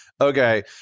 okay